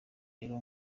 rero